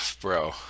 bro